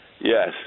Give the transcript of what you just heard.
Yes